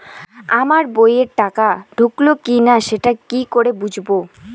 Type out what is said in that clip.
আমার বইয়ে টাকা ঢুকলো কি না সেটা কি করে বুঝবো?